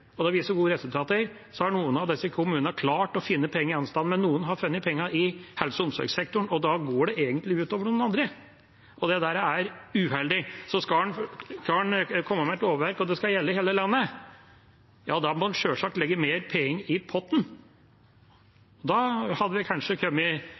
og blitt så gode resultater, har noen av disse kommunene klart å finne penger andre steder. Men noen har funnet pengene i helse- og omsorgssektoren, og da går det egentlig ut over noen andre. Og det er uheldig. Skal en komme med et lovverk som skal gjelde hele landet, må en sjølsagt legge mer penger i